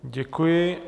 Děkuji.